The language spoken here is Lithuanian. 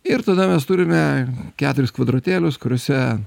ir tada mes turime keturis kvadratėlius kuriuose